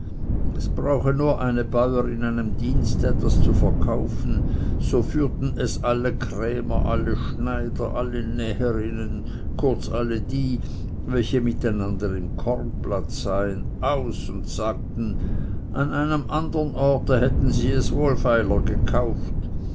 es brauche nur eine bäurin einem dienst etwas zu verkaufen so führten es alle krämer alle schneider alle näherinnen kurz alle die welche miteinander im kornplatz seien aus und sagten an einem andern ort hätten sie es wohlfeiler gekauft